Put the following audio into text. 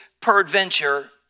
Peradventure